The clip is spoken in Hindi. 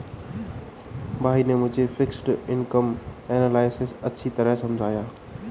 भाई ने मुझे फिक्स्ड इनकम एनालिसिस अच्छी तरह समझाया